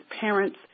parents